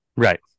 Right